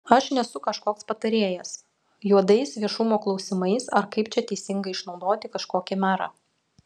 na aš nesu kažkoks patarėjas juodais viešumo klausimais ar kaip čia teisingai išnaudoti kažkokį merą